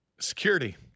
Security